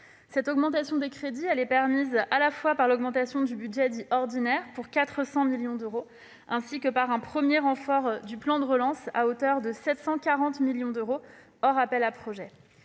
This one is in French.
Cette augmentation des crédits est rendue possible tant par l'augmentation du budget dit « ordinaire », à hauteur de 400 millions d'euros, que par un premier renfort du plan de relance, à hauteur de 740 millions d'euros, hors appels à projets.